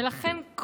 ולכן,